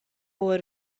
por